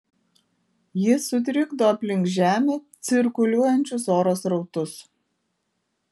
jis sutrikdo aplink žemę cirkuliuojančius oro srautus